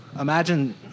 imagine